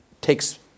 takes